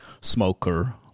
smoker